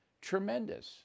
tremendous